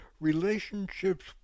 relationships